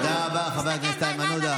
תודה רבה, חבר הכנסת איימן עודה.